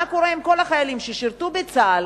מה קורה עם כל החיילים ששירתו בצה"ל